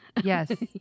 Yes